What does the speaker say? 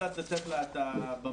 קצת לתת לה את הבמה,